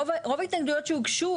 רוב ההתנגדויות שהוגשו,